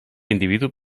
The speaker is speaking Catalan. individu